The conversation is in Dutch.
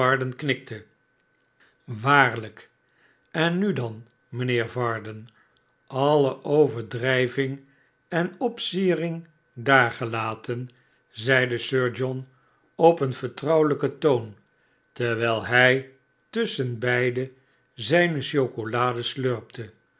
knikte swaarlijk en nu dan mijnheer varden alle overdrijving en opsiering daar gelaten zeide sir john op een vertrouwelijken toon terwijl hij tusschenbeide zijne chocolade slurpte